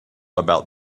about